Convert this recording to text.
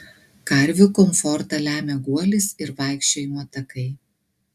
karvių komfortą lemia guolis ir vaikščiojimo takai